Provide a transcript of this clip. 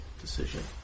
decision